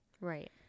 Right